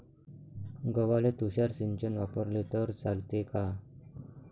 गव्हाले तुषार सिंचन वापरले तर चालते का?